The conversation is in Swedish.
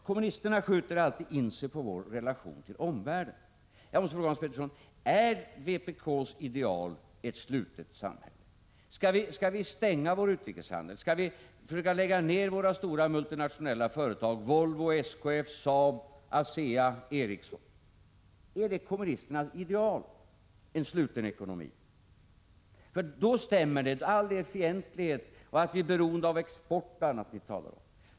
Kommunisterna skjuter alltid in sig på vår relation till omvärlden. Jag måste fråga Hans Petersson: Är vpk:s ideal ett slutet samhälle? Skall vi stänga vår utrikeshandel? Skall vi försöka lägga ner våra multinationella företag — Volvo, SKF, SAAB, ASEA, Ericsson? Är det kommunisternas ideal, en sluten ekonomi? För då stämmer det, all er fientlighet, att vi är beroende av export och allt ni talar om.